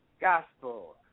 gospel